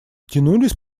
тянулись